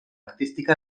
artística